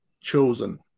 chosen